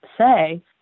say